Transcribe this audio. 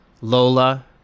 Lola